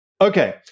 Okay